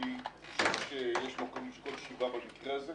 חושב שיש מקום לשקול שבעה במקרה הזה,